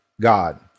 God